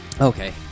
Okay